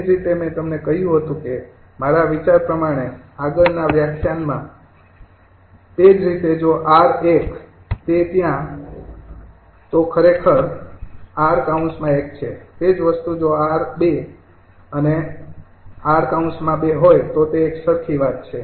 એ જ રીતે મેં તમને કહ્યું હતું કે મારા વિચાર પ્રમાણે આગળના વ્યાખ્યાનમાં તે જ રીતે જો 𝑟૧ તે ત્યાં તો તે ખરેખર 𝑟૧ છે તે જ વસ્તુ જો તે 𝑟૨ અને 𝑟૨ હોય તો તે એક સરખી વાત છે